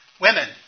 women